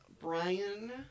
Brian